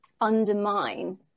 undermine